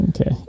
Okay